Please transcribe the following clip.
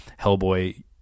Hellboy